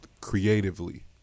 creatively